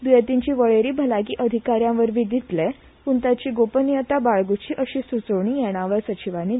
दुयेतींची वळेरी भलायकी अधिकारयांवरवी दितले पूण ताची गोपनीयता बाळगूची अशी सुचोवणी येणावळ सचिवांनी केल्या